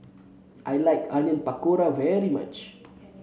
I like Onion Pakora very much